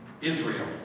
Israel